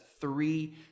three